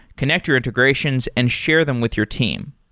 connect your integrations and share them with your team.